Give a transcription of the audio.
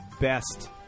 best